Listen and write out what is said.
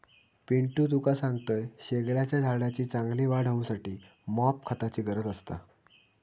पिंटू तुका सांगतंय, शेगलाच्या झाडाची चांगली वाढ होऊसाठी मॉप खताची गरज असता